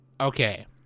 Okay